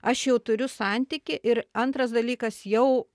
aš jau turiu santykį ir antras dalykas jau